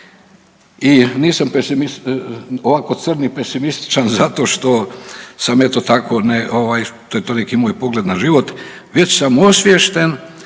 pesimist, ovako crn i pesimističan zato što sam eto tako, ne, ovaj, to je toliki moj pogled na život, već sam osviješten